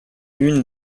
lune